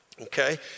okay